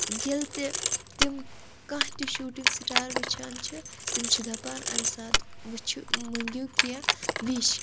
ییٚلہِ تہِ تِم کانٛہہ تہِ شوٗٹِنٛگ سِٹار وٕچھان چھِ تِم چھِ دَپان امہِ ساتہٕ وٕچھو مٔنٛگِو کیٚنہہ وِش